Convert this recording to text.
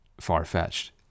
far-fetched